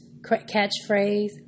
catchphrase